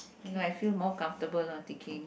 when I feel more comfortable ah ticking